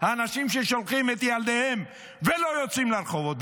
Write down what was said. האנשים ששולחים את ילדיהם ולא יוצאים לרחובות.